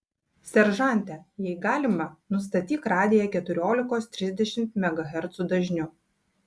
seržante jei galima nustatyk radiją keturiolikos trisdešimt megahercų dažniu